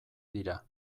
dira